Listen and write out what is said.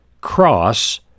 cross